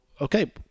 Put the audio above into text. okay